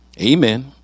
amen